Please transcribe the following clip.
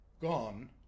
gone